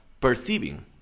perceiving